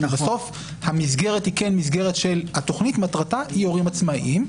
כי בסוף המסגרת היא כן מסגרת של - התוכנית מטרתה היא הורים עצמאיים,